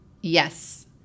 Yes